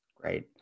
Great